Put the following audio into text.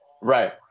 Right